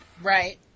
Right